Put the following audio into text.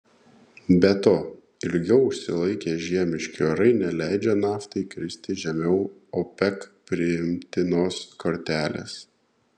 be to ilgiau užsilaikę žiemiški orai neleidžia naftai kristi žemiau opec priimtinos kartelės